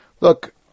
look